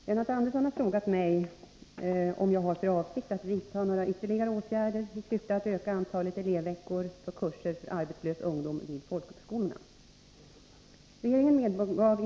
Herr talman! Lennart Andersson har frågat mig om jag har för avsikt att vidta några ytterligare åtgärder i syfte att öka antalet elevveckor för kurser för arbetslös ungdom vid folkhögskolorna.